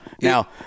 Now